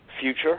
future